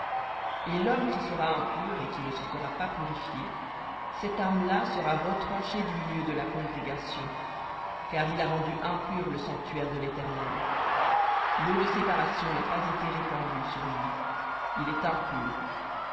et l'homme qui sera impur et qui ne se sera pas purifié cette âme là sera retranchée du milieu de la congrégation car il a rendu impur le sanctuaire de l'éternel l'eau de séparation n'a pas été répandue sur lui il est impur